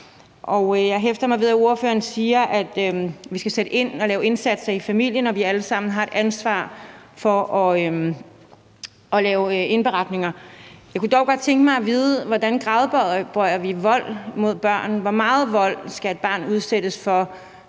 jeg hæfter mig ved, at ordføreren siger, at vi skal sætte ind og lave indsatser i familien, og at vi alle sammen har et ansvar for at lave indberetninger. Jeg kunne dog godt tænke mig at vide: Hvordan gradbøjer vi vold mod børn? Hvor meget vold skal et barn udsættes for,